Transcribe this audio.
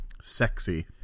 Sexy